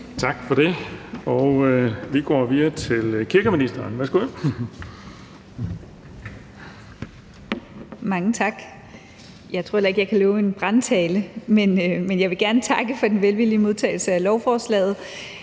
Værsgo. Kl. 11:39 Kirkeministeren (Joy Mogensen): Mange tak. Jeg tror heller ikke, jeg kan lave en brandtale, men jeg vil gerne takke for den velvillige modtagelse af lovforslaget.